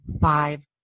five